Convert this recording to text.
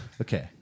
Okay